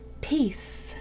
Peace